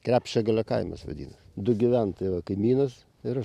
krepšiagalio kaimas vadinas du gyventojai va kaimynas ir aš